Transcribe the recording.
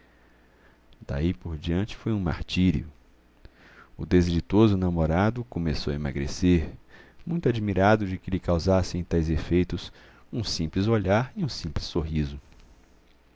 daí por diante foi um martírio o desditoso namorado começou a emagrecer muito admirado de que lhe causassem tais efeitos um simples olhar e um simples sorriso